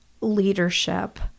leadership